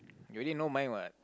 you already know mine what